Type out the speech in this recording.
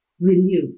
renew